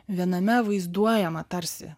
viename vaizduojama tarsi